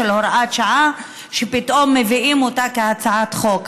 של הוראת שעה שפתאום מביאים אותה כהצעת חוק.